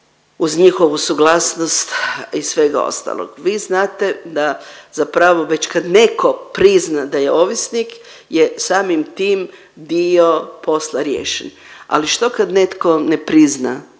uz njihovu suglasnost i svega ostalog. Vi znate da zapravo već kad netko prizna da je ovisnik je samim tim dio posla riješen. Ali što kad netko ne prizna